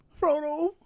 Frodo